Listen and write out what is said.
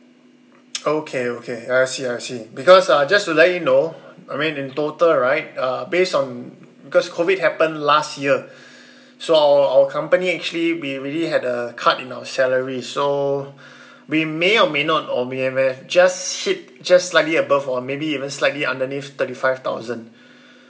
okay okay I see I see because uh just to let you know I mean in total right uh based on because COVID happened last year so our our company actually we really had a cut in our salary so we may or may not or or may have may have just hit just slightly above or maybe even slightly underneath thirty five thousand